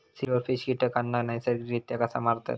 Silverfish कीटकांना नैसर्गिकरित्या कसा मारतत?